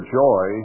joy